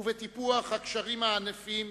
ובטיפוח הקשרים הענפים